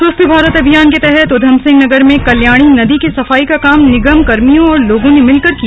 स्वच्छ भारत अभियान के तहत उधम सिंह नगर में कल्याणी नदी की सफाई का काम निगम कर्मियों और लोगों ने मिलकर किया